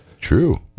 True